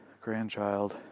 grandchild